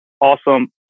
awesome